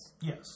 Yes